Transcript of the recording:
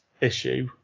issue